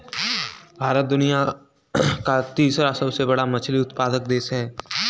भारत दुनिया का तीसरा सबसे बड़ा मछली उत्पादक देश है